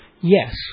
yes